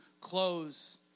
close